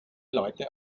leute